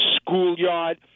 schoolyard